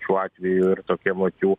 šiuo atveju ir tokiem vat jų